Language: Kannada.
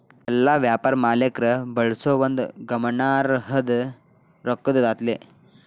ಎಲ್ಲಾ ವ್ಯಾಪಾರ ಮಾಲೇಕ್ರ ಬಳಸೋ ಒಂದು ಗಮನಾರ್ಹದ್ದ ರೊಕ್ಕದ್ ದಾಖಲೆ